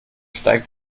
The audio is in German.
steigt